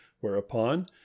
whereupon